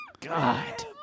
God